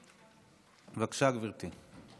בבקשה, גברתי.